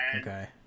Okay